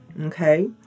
Okay